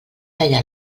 deia